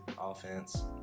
offense